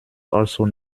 also